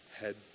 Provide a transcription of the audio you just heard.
head